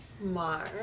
Mar